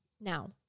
Now